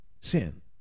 Sin